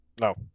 No